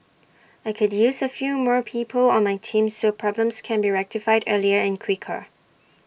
I could use A few more people on my team so problems can be rectified earlier and quicker